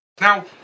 Now